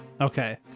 Okay